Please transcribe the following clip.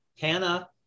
Hannah